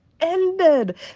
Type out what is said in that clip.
ended